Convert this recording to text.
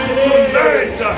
tonight